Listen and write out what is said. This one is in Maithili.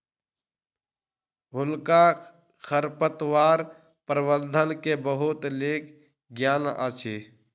हुनका खरपतवार प्रबंधन के बहुत नीक ज्ञान अछि